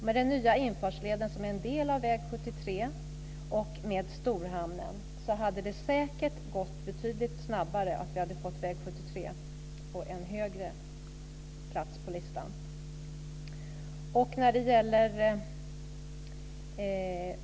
Med den nya infartsleden, som är en del av väg 73, och med storhamnen hade det säkert gått betydligt snabbare att få väg 73 på en högre plats på listan.